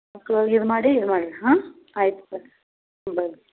ಒಕ್ಳ್ ಒಳಗೆ ಇದು ಮಾಡಿ ಇದನ್ನ ಮಾಡ್ರಿ ಹಾಂ ಆಯ್ತು ಬರ್ರಿ ಹ್ಞೂ ಬರ್ರಿ